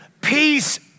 Peace